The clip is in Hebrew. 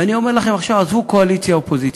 ואני אומר לכם עכשיו, עזבו קואליציה אופוזיציה,